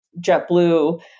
JetBlue